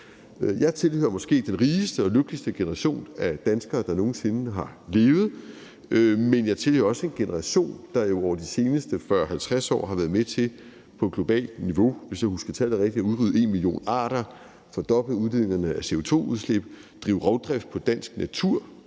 Jeg tilhører måske den rigeste og lykkeligste generation af danskere, der nogen sinde har levet, men jeg tilhører også en generation, der jo over de seneste 40-50 år har været med til på globalt niveau, hvis jeg husker tallet rigtigt, at udrydde en million arter, fordoble udledningerne af CO2 og drive rovdrift på dansk natur,